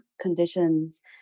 conditions